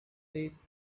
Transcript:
these